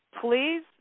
Please